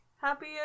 happy